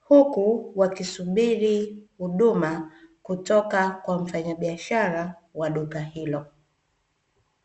Huku wakisubiri huduma kutoka kwa mfanya biashara wa duka hilo.